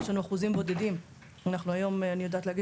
יש לנו אחוזים בודדים שהיום אני יודעת להגיד